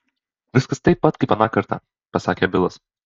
viskas taip pat kaip aną kartą pasakė bilas